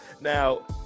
Now